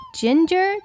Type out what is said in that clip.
ginger